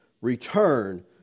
return